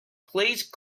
please